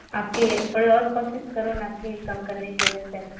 आपकी थोड़ी और कोशिश करो ना प्लीज़ कम करने की वैसे